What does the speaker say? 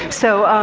so